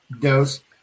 dose